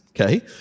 Okay